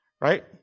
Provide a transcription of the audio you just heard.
right